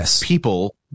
people